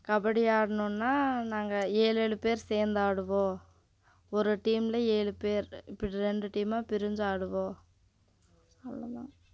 கபடி ஆடணுன்னா நாங்கள் ஏழேழு பேர் சேர்ந்து ஆடுவோம் ஒரு டீமில் ஏழு பேர் இப்படி ரெண்டு டீம்மாக பிரிந்து ஆடுவோம்